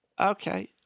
Okay